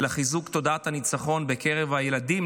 לחיזוק תודעת הניצחון בקרב הילדים,